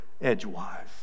edgewise